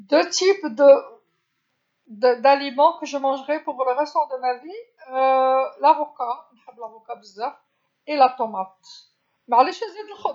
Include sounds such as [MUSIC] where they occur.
نوعين من الأطعمة التي سأتناولها من أجل حياتي، [HESITATION] الأفوكادو نحب أفوكادو بزاف والطماطم، معليش نزيد الخبز؟